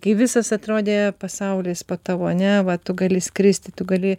kai visas atrodė pasaulis tavo ane va tu gali skristi tu gali